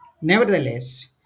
Nevertheless